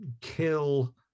Kill